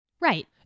Right